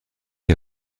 est